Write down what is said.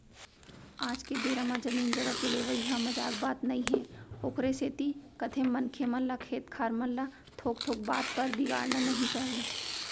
आज के बेरा म जमीन जघा के लेवई ह मजाक बात नई हे ओखरे सेती कथें मनखे मन ल खेत खार मन ल थोक थोक बात बर बिगाड़ना नइ चाही